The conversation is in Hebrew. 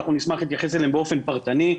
אנחנו נשמח להתייחס אליהם באופן פרטני.